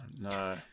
no